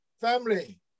Family